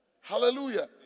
Hallelujah